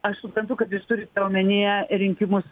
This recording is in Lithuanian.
aš suprantu kad jūs turite omenyje rinkimus